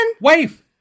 Wife